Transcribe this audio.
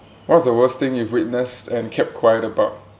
what's the worst thing you've witnessed and kept quiet about